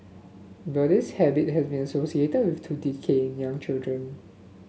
but this habit had been associated with tooth decay in young children